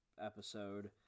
episode